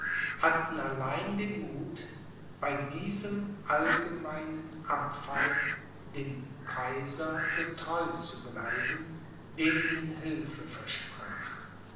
hatten allein den muth bei diesem allgemeinen abfall dem kaiser getreu zu bleiben der ihnen hilfe versprach